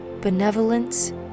benevolence